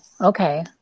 okay